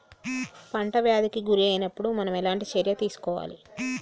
పంట వ్యాధి కి గురి అయినపుడు మనం ఎలాంటి చర్య తీసుకోవాలి?